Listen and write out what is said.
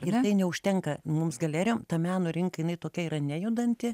ir tai neužtenka mums galerijom tą meno rinka jinai tokia yra nejudanti